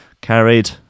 carried